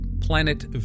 planet